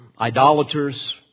idolaters